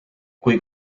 kui